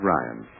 Ryan